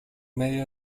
medio